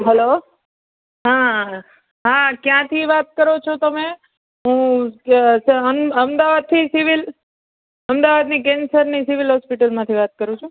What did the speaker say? hello હાં ક્યાંથી વાત કરો છો તમે હું અમદાવાદ સિવિલ અમદાવાદની કેન્સરની સિવિલ હોસ્પિટલમાંથી વાત કરું છું